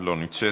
לא נמצאת,